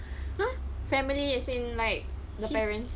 !huh! family as in like the parents